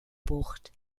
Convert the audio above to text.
bucht